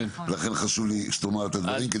לכן חשוב לי שתאמר את הדברים,